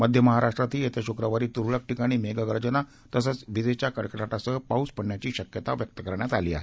मध्य महाराष्ट्रातही येत्या शुक्रवारी तुरळक ठिकाणी मेघगर्जना तसंच विजांच्या कडकडाटासह पाऊस पडण्याची शक्यता व्यक्त केली आहे